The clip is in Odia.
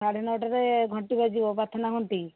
ସାଢ଼େ ନଅଟାରେ ଘଣ୍ଟି ବାଜିବ ପ୍ରାର୍ଥନା ଘଣ୍ଟି